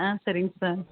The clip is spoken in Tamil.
ஆ சரிங்க சார்